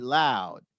loud